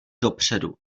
dopředu